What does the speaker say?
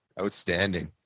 Outstanding